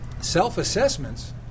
Self-assessments